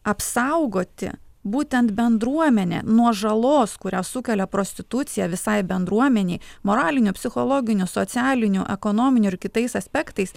apsaugoti būtent bendruomenę nuo žalos kurią sukelia prostitucija visai bendruomenei moraliniu psichologiniu socialiniu ekonominiu ir kitais aspektais